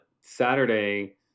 Saturday